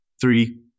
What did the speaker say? three